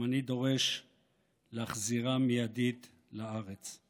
גם אני דורש להחזירם מיידית לארץ.